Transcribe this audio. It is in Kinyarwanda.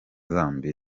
zambia